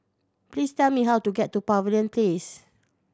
please tell me how to get to Pavilion Place